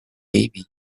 baby